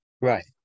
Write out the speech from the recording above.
Right